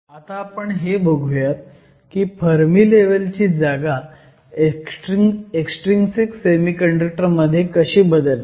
आता आपण हे बघुयात की फर्मी लेव्हलची जागा एक्सट्रिंसिक सेमीकंडक्टर मध्ये कशी बदलते